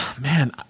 Man